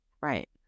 Right